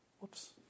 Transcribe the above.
Whoops